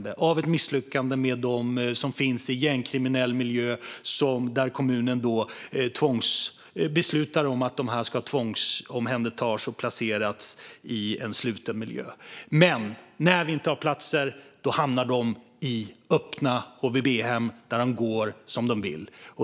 Det kan vara ett misslyckande med personer som finns i en gängkriminell miljö och som kommunen beslutar att tvångsomhänderta och placera i en sluten miljö, men som när vi inte har platser hamnar i öppna HVB-hem där de går som de vill.